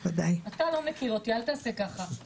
אתה לא מכיר אותי, לא תעשה ככה.